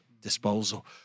disposal